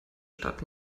stadt